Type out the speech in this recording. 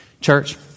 Church